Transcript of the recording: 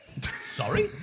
Sorry